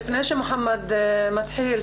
לפני שמוחמד מתחיל,